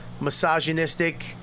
misogynistic—